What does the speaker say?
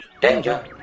Danger